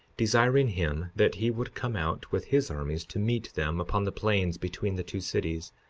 desiring him that he would come out with his armies to meet them upon the plains between the two cities.